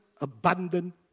abundant